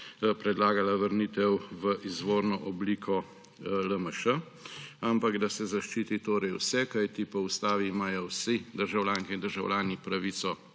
predlagala vrnitev v izvorno obliko LMŠ. Ampak da se zaščiti torej vse, kajti po Ustavi imajo vsi državljanke in državljani pravico